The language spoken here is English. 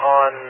on